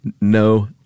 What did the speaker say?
no